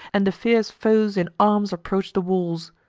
and the fierce foes in arms approach the walls.